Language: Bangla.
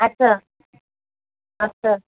আচ্ছা আচ্ছা